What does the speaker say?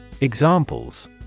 Examples